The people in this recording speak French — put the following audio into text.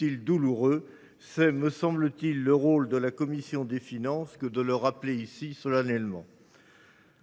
ils douloureux. C’est, me semble t il, le rôle de la commission des finances que de le rappeler ici solennellement.